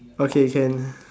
okay can